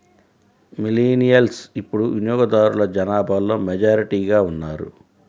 millennials ఇప్పుడు వినియోగదారుల జనాభాలో మెజారిటీగా ఉన్నారు